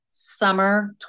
Summer